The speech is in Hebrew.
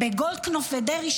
בגולדקנופ ובדרעי,